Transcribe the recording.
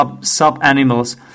sub-animals